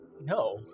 no